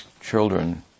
children